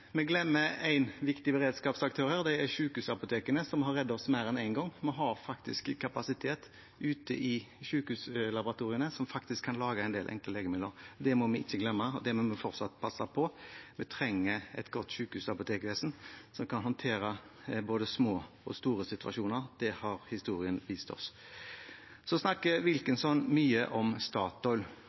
vi glemmer en viktig beredskapsaktør her. Det er sykehusapotekene, som har reddet oss mer enn en gang. Vi har faktisk kapasitet i sykehuslaboratoriene for å lage en del enkle legemidler. Det må vi ikke glemme, og det må vi fortsatt passe på. Vi trenger et godt sykehusapotekvesen som kan håndtere både små og store situasjoner. Det har historien vist oss. Wilkinson snakker mye om Statoil.